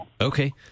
Okay